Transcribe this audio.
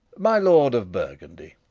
my lord of burgundy,